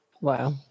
Wow